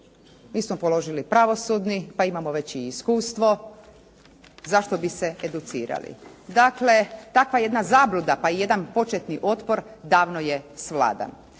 Mi smo položili pravosudni, pa imamo već i iskustvo. Zašto bi se educirali? Dakle, takva jedna zabluda, pa i jedan početni otpor davno je svladan.